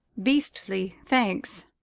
beastly, thanks.